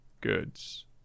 goods